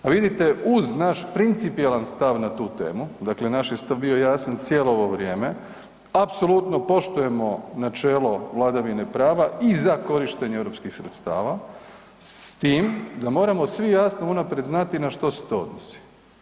A vidite, uz naš principijelan stav na tu temi, dakle, naš je stav bio jasan cijelo ovo vrijeme, apsolutno poštujemo načelo vladavine prava i za korištenje europskih sredstava, s tim da moramo svi jasno unaprijed znati na što se to odnosi.